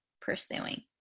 pursuing